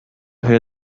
hear